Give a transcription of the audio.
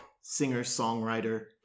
singer-songwriter